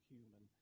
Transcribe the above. Human